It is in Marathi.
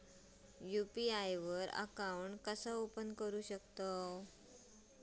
यू.पी.आय वर अकाउंट कसा ओपन करू शकतव?